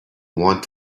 want